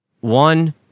one